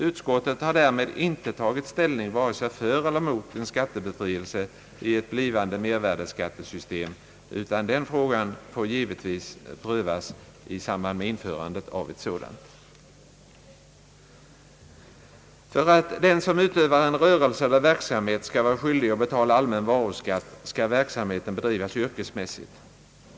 Utskottet har därmed inte tagit ställning vare sig för eller emot en skattebefrielse i ett blivande mervärdeskattesystem utan den frågan får givetvis prövas i samband med införandet av ett sådant. För att den som utövar en rörelse eller verksamhet skall vara skyldig att betala allmän varuskatt skall verksamheten bedrivas yrkesmässigt.